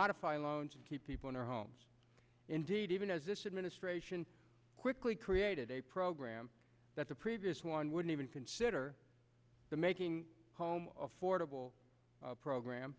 modify loans and keep people in their homes indeed even as this administration quickly created a program that the previous one wouldn't even consider the making home affordable program